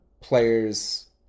players